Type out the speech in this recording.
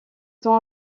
temps